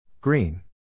Green